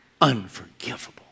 unforgivable